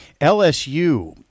LSU